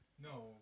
No